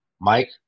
Mike